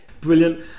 Brilliant